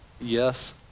Yes